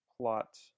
plot